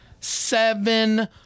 seven